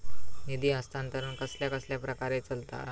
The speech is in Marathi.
निधी हस्तांतरण कसल्या कसल्या प्रकारे चलता?